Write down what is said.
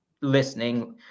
listening